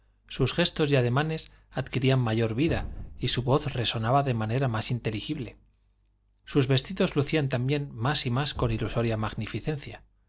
sus gestos y ademanes adquirían mayor vida y su voz resonaba de manera más inteligible sus vestidos lucían también más y más con ilusoria magnificencia